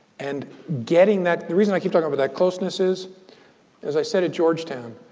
and getting that the reason i keep talking about that closeness is as i said at georgetown,